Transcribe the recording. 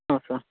ಹ್ಞೂ ಸ